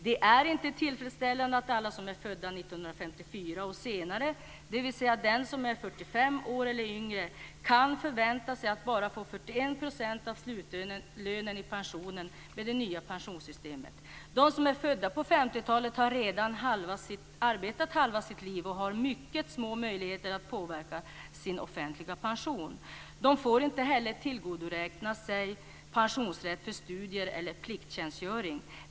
Det är inte tillfredsställande att alla som är födda 1954 och senare, dvs. de som nu är 45 år eller yngre, kan förvänta sig att bara få 41 % av slutlönen i pension med det nya pensionssystemet. De som är födda på 50-talet har redan arbetat halva sitt liv och har mycket små möjligheter att påverka sin offentliga pension. De får inte heller tillgodoräkna sig pensionsrätt för studier eller för plikttjänstgöring.